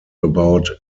about